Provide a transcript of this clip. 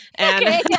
Okay